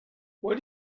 what